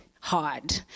hard